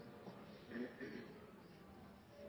er det satt fram i